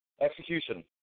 execution